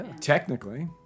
Technically